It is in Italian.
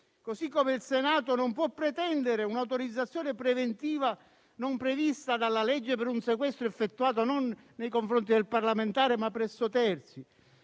modo, il Senato non può pretendere un'autorizzazione preventiva non prevista dalla legge per un sequestro effettuato non nei confronti del parlamentare, ma presso terzi,